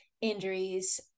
injuries